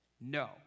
no